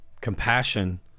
compassion